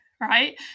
right